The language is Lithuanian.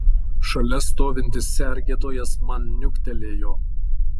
šalia stovintis sergėtojas man niuktelėjo